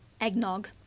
eggnog